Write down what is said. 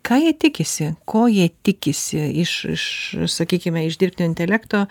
ką jie tikisi ko jie tikisi iš iš sakykimeiš dirbtinio intelekto